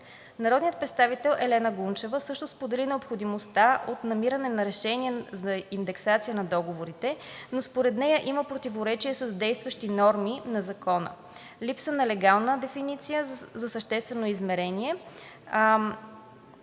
Народният представител Елена Гунчева също сподели необходимостта от намиране на решение за индексация на договорите, но според нея има противоречие с действащи норми на Закона, липсва легална дефиниция за съществено изменение,